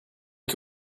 que